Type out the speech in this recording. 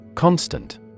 Constant